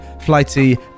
flighty